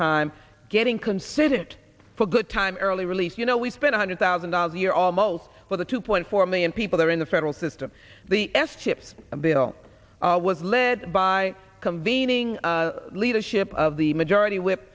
time getting considered for a good time early release you know we spent a hundred thousand dollars a year almost with a two point four million people there in the federal system the s chip bill was led by convening leadership of the majority whip